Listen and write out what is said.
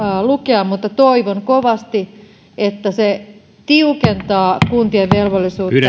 lukea mutta toivon kovasti että se tiukentaa kuntien velvollisuutta